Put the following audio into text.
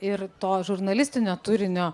ir to žurnalistinio turinio